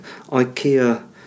IKEA